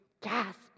gasp